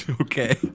Okay